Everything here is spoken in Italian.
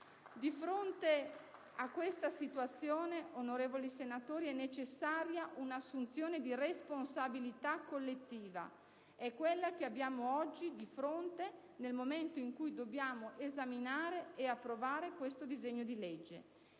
Di fronte a questa situazione, onorevoli senatori, è necessaria un'assunzione di responsabilità collettiva: è quella che abbiamo oggi di fronte nel momento in cui dobbiamo esaminare e approvare questo disegno di legge.